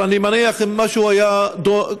אבל אני מניח שאם משהו דומה היה קורה,